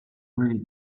really